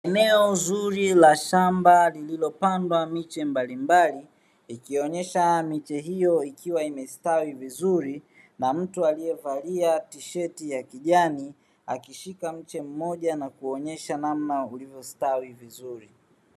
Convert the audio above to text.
Eneo zuri la shamba lililopandwa miche mbalimbali ikionyesha miche hiyo ikiwa imestawi vizuri, na mtu aliyevalia tisheti ya kijani akishika mche mmoja na kuonyesha namna ulivyostawi vizuri.